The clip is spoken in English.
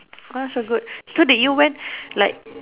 ah so good so did you went like